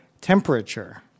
temperature